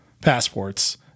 passports